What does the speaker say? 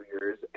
years